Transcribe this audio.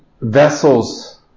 vessels